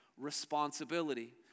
Responsibility